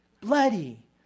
Bloody